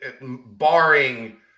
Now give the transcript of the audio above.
Barring